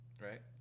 Right